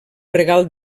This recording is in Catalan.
regal